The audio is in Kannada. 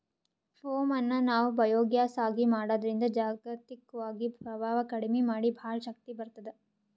ಪೋಮ್ ಅನ್ನ್ ನಾವ್ ಬಯೋಗ್ಯಾಸ್ ಆಗಿ ಮಾಡದ್ರಿನ್ದ್ ಜಾಗತಿಕ್ವಾಗಿ ಪ್ರಭಾವ್ ಕಡಿಮಿ ಮಾಡಿ ಭಾಳ್ ಶಕ್ತಿ ಬರ್ತ್ತದ